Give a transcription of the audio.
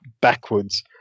backwards